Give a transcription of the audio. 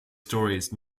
stories